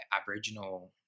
Aboriginal